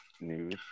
news